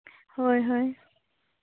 ᱦᱳᱭ ᱦᱳᱭ